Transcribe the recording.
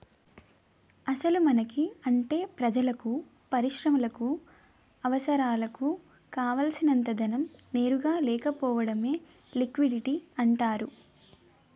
అసలు మనకి అంటే ప్రజలకు పరిశ్రమలకు అవసరాలకు కావాల్సినంత ధనం నేరుగా పొందలేకపోవడమే లిక్విడిటీ అంటారు